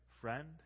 friend